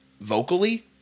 vocally